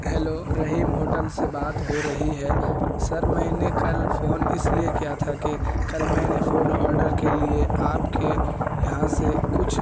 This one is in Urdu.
ہیلو رحیم ہوٹل سے بات ہو رہی ہے سر میں نے کل فون اس لیے کیا تھا کہ کل میں نے فوڈ آڈر کے لیے آپ کے یہاں سے کچھ